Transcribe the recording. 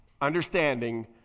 understanding